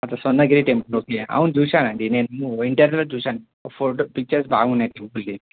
Swarnagiri temple okay అవును చూశానండి నేను వింటర్లో చూశాను ఫోటో పిక్చర్స్ బాగున్నాయి చూడడానికి